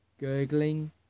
gurgling